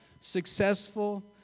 successful